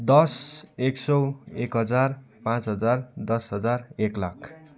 दस एक सौ एक हजार पाँच हजार दस हजार एक लाख